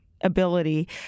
ability